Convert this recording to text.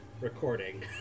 recording